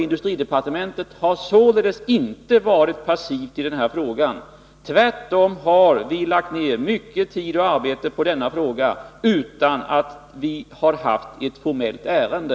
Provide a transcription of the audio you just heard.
Industridepartementet har således inte varit passivt i den här frågan; tvärtom har vi lagt ner mycket tid och arbete på denna fråga utan att vi har haft ett formellt ärende.